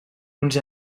uns